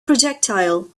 projectile